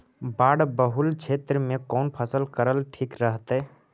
बाढ़ बहुल क्षेत्र में कौन फसल करल ठीक रहतइ?